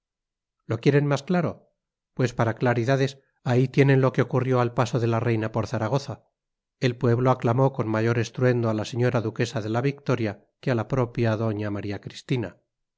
lo quieren más claro pues para claridades ahí tienen lo que ocurrió al paso de la reina por zaragoza el pueblo aclamó con mayor estruendo a la señora duquesa de la victoria que a la propia doña maría cristina